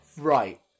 right